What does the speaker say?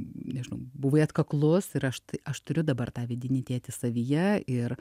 nežinau buvai atkaklus ir aš tai aš turiu dabar tą vidinį tėtį savyje ir